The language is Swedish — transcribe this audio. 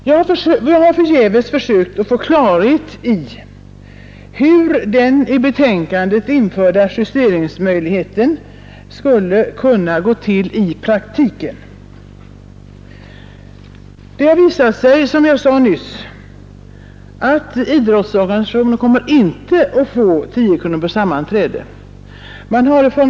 Jag har förgäves sökt få klarhet i hur den i betänkandet införda justeringsmöjligheten skulle kunna fungera i praktiken. Det har som jag nyss sade visat sig att idrottsorganisationer inte kommer att få 10 kronor per sammanträde.